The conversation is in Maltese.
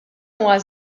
huwa